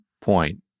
point